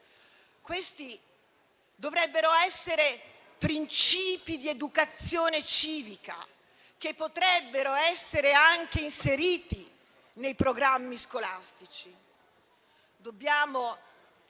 Questi dovrebbero essere principi di educazione civica, che potrebbero essere anche inseriti nei programmi scolastici. Dobbiamo